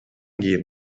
кийин